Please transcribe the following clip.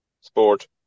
sport